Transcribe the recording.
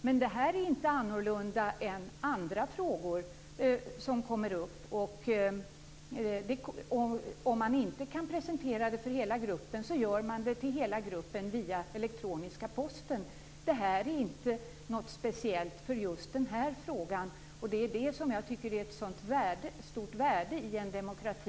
Denna fråga är inte annorlunda än andra frågor som kommer upp. Om man inte kan presentera något för hela gruppen gör man det via den elektroniska posten. Detta är inte något speciellt för just den här frågan. Att man får göra så är just det som jag tycker är ett sådant stort värde i en demokrati.